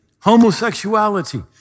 homosexuality